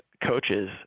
coaches